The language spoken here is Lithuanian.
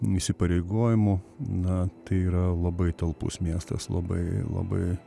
įsipareigojimų na tai yra labai talpus miestas labai labai